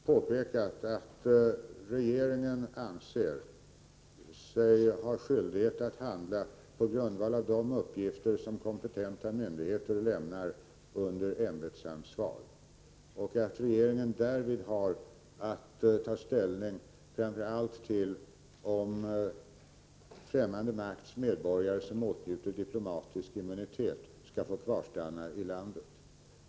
Fru talman! Jag har påpekat att regeringen anser sig ha skyldighet att handla på grundval av de uppgifter som kompetenta myndigheter lämnar under ämbetsansvar och att regeringen därvid har att ta ställning till framför allt om främmande makters medborgare som åtnjuter diplomatisk immunitet skall få kvarstanna i landet.